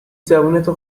زبونتو